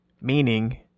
meaning